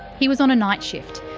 he was on a night shift.